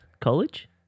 college